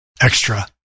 extra